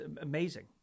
amazing